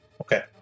Okay